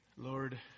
Lord